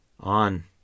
On